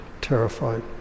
terrified